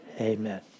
amen